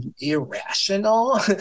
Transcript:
irrational